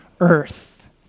earth